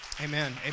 amen